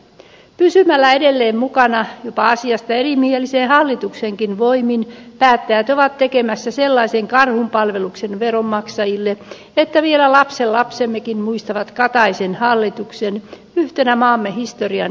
pysymällä edelleen mukana jopa asiasta erimielisen hallituksenkin voimin päättäjät ovat tekemässä sellaisen karhunpalveluksen veronmaksajille että vielä lastenlapsemmekin muistavat kataisen hallituksen yhtenä maamme historian heikoimmista hallituksista